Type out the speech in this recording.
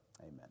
amen